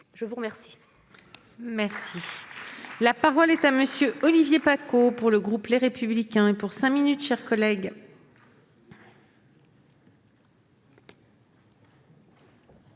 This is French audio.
Je vous remercie